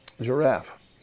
giraffe